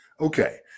Okay